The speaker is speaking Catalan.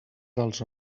dels